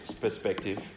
perspective